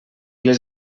les